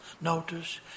Notice